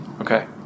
Okay